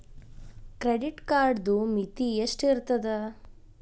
Credit ಕಾರ್ಡದು ಮಿತಿ ಎಷ್ಟ ಇರ್ತದ?